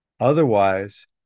Otherwise